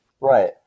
right